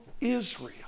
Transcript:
Israel